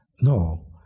No